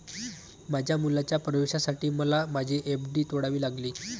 माझ्या मुलाच्या प्रवेशासाठी मला माझी एफ.डी तोडावी लागली